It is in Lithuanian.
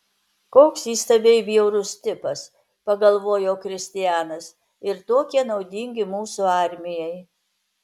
koks įstabiai bjaurus tipas pagalvojo kristianas ir tokie naudingi mūsų armijai